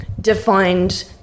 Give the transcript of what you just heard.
defined